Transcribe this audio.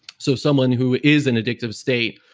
so someone who is an addictive state,